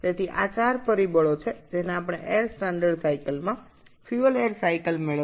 সুতরাং এই চারটি কারণ যা আমরা এয়ার স্ট্যান্ডার্ড চক্রের সাথে যুক্ত করে ফুয়েল এয়ার চক্র পাই